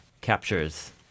captures